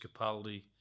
Capaldi